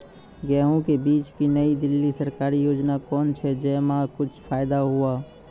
गेहूँ के बीज की नई दिल्ली सरकारी योजना कोन छ जय मां कुछ फायदा हुआ?